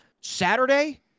Saturday